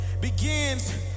begins